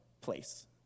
place